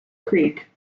creek